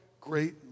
great